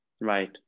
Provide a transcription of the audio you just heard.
Right